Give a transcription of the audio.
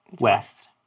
west